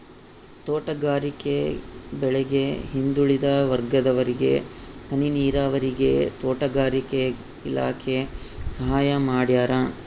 ತೋಟಗಾರಿಕೆ ಬೆಳೆಗೆ ಹಿಂದುಳಿದ ವರ್ಗದವರಿಗೆ ಹನಿ ನೀರಾವರಿಗೆ ತೋಟಗಾರಿಕೆ ಇಲಾಖೆ ಸಹಾಯ ಮಾಡ್ಯಾರ